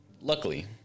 Luckily